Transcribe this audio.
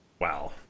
wow